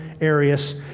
Arius